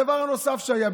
הדבר הנוסף שהיה,